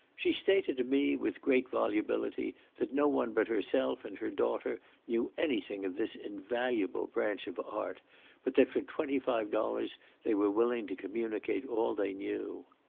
she stated to me, with great volubility, that no one but herself and her daughter knew any thing of this invaluable branch of art but that for twenty-five dollars they were willing to communicate all they knew.